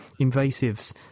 invasives